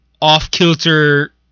off-kilter